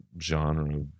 genre